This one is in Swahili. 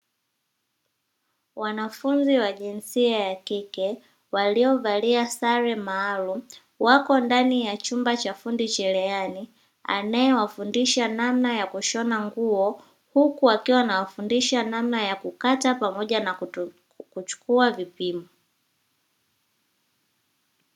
Wanafunzi wa jinsia ya kike waliovalia sare maalumu, wapo ndani ya chumba cha fundi cherehani anayewafundisha namna ya kushona nguo, huku akiwa anawafundisha namna kukata pamoja na kuchukua vipimo.